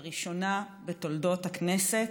לראשונה בתולדות הכנסת,